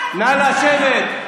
נא לשבת.